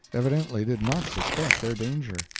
evidently did not suspect their danger.